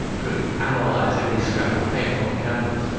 could analyze every scrap of paint on the canvas,